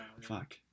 Fuck